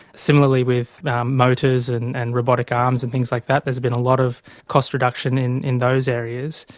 similarly with motors and and robotic arms and things like that, there has been a lot of cost reduction in in those areas.